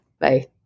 Bye